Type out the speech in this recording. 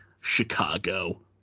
Chicago